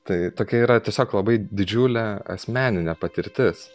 tai tokia yra tiesiog labai didžiulė asmeninė patirtis